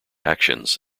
actions